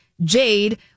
Jade